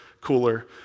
cooler